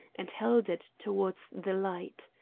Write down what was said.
and held it toward the light.